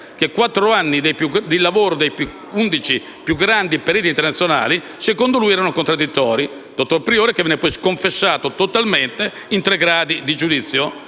che quattro anni di lavoro degli undici più grandi periti internazionali secondo lui erano contraddittori. Il dottor Priore venne sconfessato totalmente nei tre gradi di giudizio.